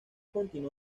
continuó